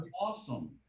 awesome